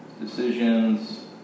Decisions